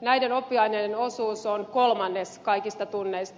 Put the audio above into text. näiden oppiaineiden osuus on kolmannes kaikista tunneista